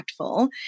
impactful